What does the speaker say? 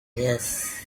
yes